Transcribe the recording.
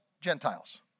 Gentiles